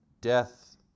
death